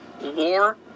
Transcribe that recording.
war